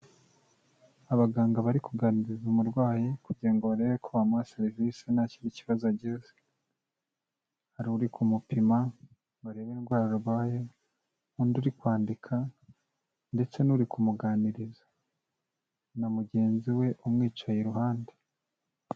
Abaganga bari kuganiriza umurwayi kugira ngo barebe uko bamuha serivisi nta kindi kibazo agize, hari uri kumupima ngo arebe indwara arwaye, undi uri kwandika ndetse n'uri kumuganiriza na mugenzi we umwicaye iruhande.